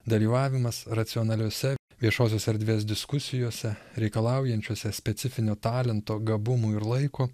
dalyvavimas racionaliose viešosios erdvės diskusijose reikalaujančiose specifinio talento gabumų ir laiko